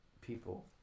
people